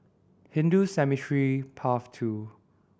Hindu Cemetery Path Two